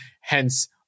hence